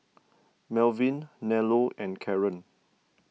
Malvin Nello and Caren